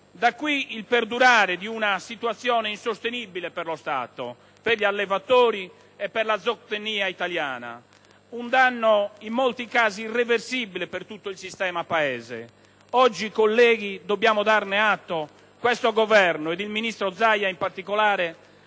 da qui il perdurare di una situazione insostenibile per lo Stato, per gli allevatori e per la zootecnia italiana. Un danno in molti casi irreversibile per tutto il sistema Paese. Oggi, colleghi - dobbiamo darne atto - questo Governo e il ministro Zaia in particolare